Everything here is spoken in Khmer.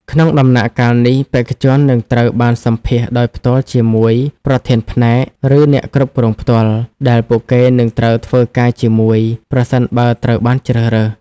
ក្នុងដំណាក់កាលនេះ បេក្ខជននឹងត្រូវបានសម្ភាសន៍ដោយផ្ទាល់ជាមួយ ប្រធានផ្នែក ឬអ្នកគ្រប់គ្រងផ្ទាល់ ដែលពួកគេនឹងត្រូវធ្វើការជាមួយ ប្រសិនបើត្រូវបានជ្រើសរើស។